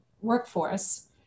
workforce